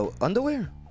underwear